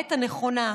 בעת הנכונה,